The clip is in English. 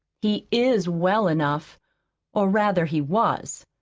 he is well enough or, rather he was.